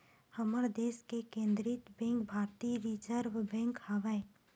हमर देस के केंद्रीय बेंक भारतीय रिर्जव बेंक आवय